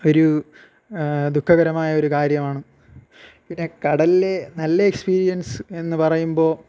ഒരു ദുഃഖകരമായൊരു കാര്യമാണ് പിന്നെ കടലിലെ നല്ല എക്സ്പീരിയൻസ് എന്നു പറയുമ്പോൾ